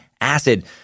acid